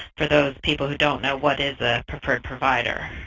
for those people who don't know, what is a preferred provider?